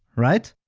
right?